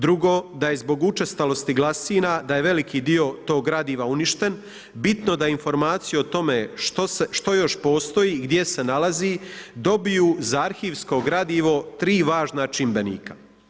Drugo da je zbog učestalosti glasina da je veliki dio tog gradiva uništen, bitno da informaciju o tome što još postoji i gdje se nalazi dobiju za arhivsko gradivo tri važna čimbenika.